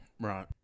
Right